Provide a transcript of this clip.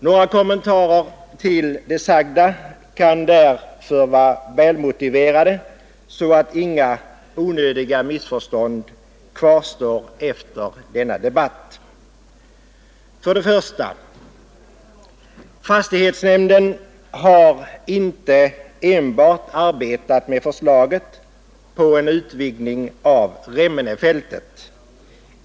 Några kommentarer till det sagda kan därför vara välmotiverade så att inga onödiga missförstånd kvarstår efter denna debatt. För det första: Fastighetsnämnden har inte enbart arbetat med förslaget om en utvidgning av Remmenefältet.